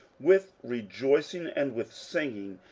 with rejoicing and with singing,